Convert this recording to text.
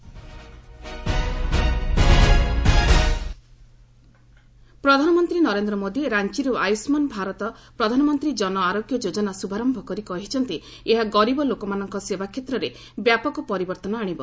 PM Ayushman ପ୍ରଧାନମନ୍ତ୍ରୀ ନରେନ୍ଦ୍ର ମୋଦି ରାଞ୍ଚରୁ ଆୟୁଷ୍ମାନ ଭାରତ ପ୍ରଧାନମନ୍ତ୍ରୀ ଜନ ଆରୋଗ୍ୟ ଯୋଜନା ଶୁଭାରମ୍ଭ କରି କହିଛନ୍ତି ଏହା ଗରିବ ଲୋକମାନଙ୍କ ସେବା କ୍ଷେତ୍ରରେ ବ୍ୟାପକ ପରିବର୍ତ୍ତନ ଆଣିବ